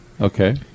Okay